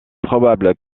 probable